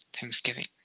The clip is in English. Thanksgiving